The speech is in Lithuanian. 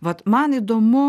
vat man įdomu